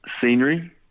scenery